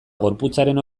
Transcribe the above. gorputzaren